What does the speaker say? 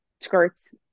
skirts